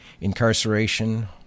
incarceration